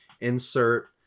insert